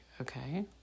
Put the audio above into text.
okay